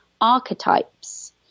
archetypes